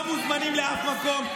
אתם לא מוזמנים לשום מקום.